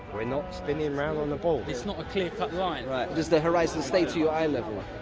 we're not spinning around on the ball. it's not a clear-cut line. does the horizon stay to your eye level?